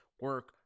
Work